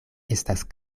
estas